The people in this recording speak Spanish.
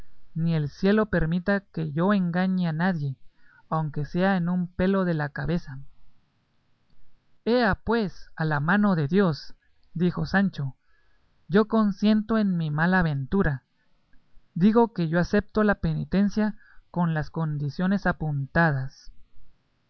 ni el cielo permita que yo engañe a nadie aunque sea en un pelo de la cabeza ea pues a la mano de dios dijo sancho yo consiento en mi mala ventura digo que yo acepto la penitencia con las condiciones apuntadas